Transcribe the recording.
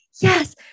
Yes